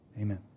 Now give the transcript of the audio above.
Amen